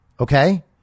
Okay